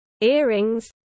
Earrings